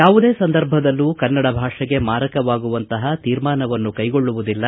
ಯಾವುದೇ ಸಂದರ್ಭದಲ್ಲೂ ಕನ್ನಡ ಭಾಷೆಗೆ ಮಾರಕವಾಗುವಂತಹ ತೀರ್ಮಾನವನ್ನು ಕೈಗೊಳ್ಳುವುದಿಲ್ಲ